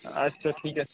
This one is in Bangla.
আচ্ছা ঠিক আছে